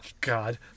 God